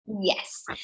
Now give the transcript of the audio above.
Yes